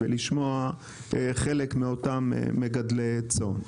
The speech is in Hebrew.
ולשמוע חלק מאותם מגדלי צאן,